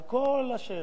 לא, על הכול.